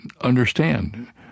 understand